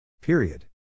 Period